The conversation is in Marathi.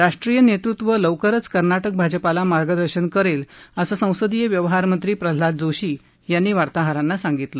राष्ट्रीय नेतृत्व लवकरच कर्नाटक भाजपाला मार्गदर्शन करेल असं संसदीय व्यवहार मंत्री प्रल्हाद जोशी यांनी वार्ताहरांना सांगितलं